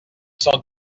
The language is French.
sans